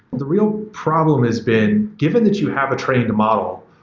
the real problem has been given that you have a trained model,